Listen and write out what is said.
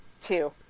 two